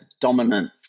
dominant